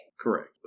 Correct